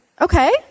Okay